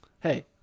hey